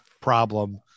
problem